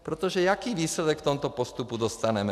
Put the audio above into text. Protože jaký výsledek v tomto postupu dostaneme?